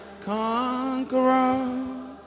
conqueror